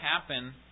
happen